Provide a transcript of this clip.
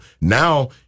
Now